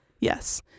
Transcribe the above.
yes